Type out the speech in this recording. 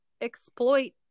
exploit